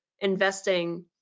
investing